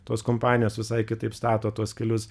tos kompanijos visai kitaip stato tuos kelius